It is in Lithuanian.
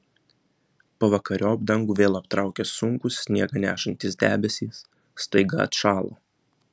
pavakariop dangų vėl aptraukė sunkūs sniegą nešantys debesys staiga atšalo